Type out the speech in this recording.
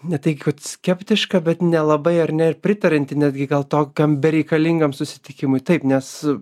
ne tai kad skeptiška bet nelabai ar ne ir pritarianti netgi gal tokiam bereikalingam susitikimui taip nes